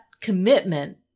commitment